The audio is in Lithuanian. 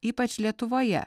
ypač lietuvoje